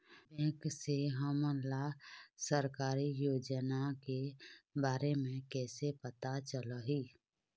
Bank से हमन ला सरकारी योजना के बारे मे कैसे पता चलही?